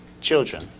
children